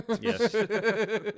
Yes